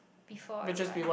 before I run